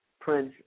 Prince